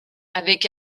avec